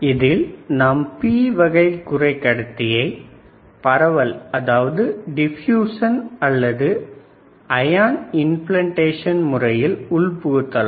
இதில் நாம் P வகை குறைக்கடத்தியை பரவல் அல்லது அயான் இம்பிளாண்டஷன் முறையில் உள்புகுத்தலாம்